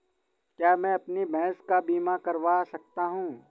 क्या मैं अपनी भैंस का बीमा करवा सकता हूँ?